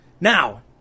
Now